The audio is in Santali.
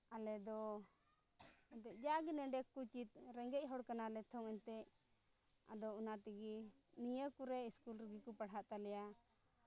ᱟᱞᱮ ᱫᱚ ᱡᱟᱜᱮ ᱱᱚᱰᱮ ᱠᱚ ᱪᱮᱫ ᱨᱮᱸᱜᱮᱡ ᱦᱚᱲ ᱠᱟᱱᱟᱞᱮ ᱛᱚ ᱮᱱᱛᱮᱫ ᱟᱫᱚ ᱚᱱᱟ ᱛᱮᱜᱮ ᱱᱤᱭᱟᱹ ᱠᱚᱨᱮᱫ ᱥᱠᱩᱞ ᱨᱮᱜᱮ ᱠᱚ ᱯᱟᱲᱦᱟᱜ ᱛᱟᱞᱮᱭᱟ